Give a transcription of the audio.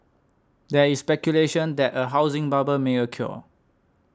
there is speculation that a housing bubble may occur